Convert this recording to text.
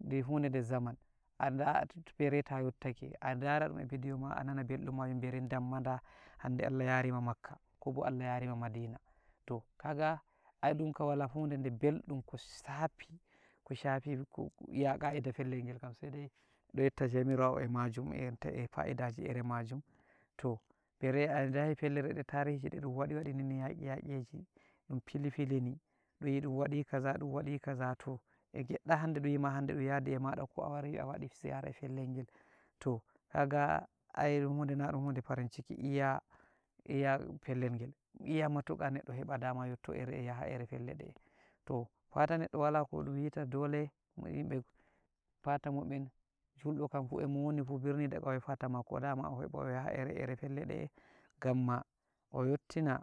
de hude de zaman aɗatoto bere ta yottake adara e bidiyoma anana belɗum majum bere damma da hande Allah yarima makka kobo Allah yarima madina toh kaga ai ɗum kam wala hude de belɓum ko safi-ko-shafi hu ya nga'ida pellel ngel kam sai dai neɗɗo yetta jomirawo e majum enta e pa'idaji iri majum to bere ajahi pelleji di tahiri ɗeɗun waɗi waɗi-waɗini yaki-yakiji ɗun fili-filini ɗun wiɗi ɗun waɗi kaza ɗun waɗi kaza toh e keɗɗa hande dun wima ɗun yadi e mada ko a wari a wodi ziyara e pellel ngel, toh kaga ai ɗun hude naɗum hude farin ciki iya-iya pellel ngel iya matuka neɗɗo heɓa dama yotto e yaha ere fellere de toh fataa neɗɗo wala koɗum wita dole yimɓe fata mu'en julɗo kam fuh emo woni fuh birni da kauye fata mako o heɓa o yaha ire-ire pellede gamma o yottina,